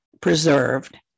preserved